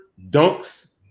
dunks